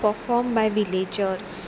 perform by villagers